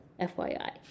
FYI